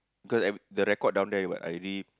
cause every the record down there I read